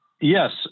Yes